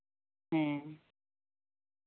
ᱦᱮᱸ